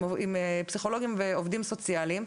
פסיכולוגים ועובדים סוציאליים,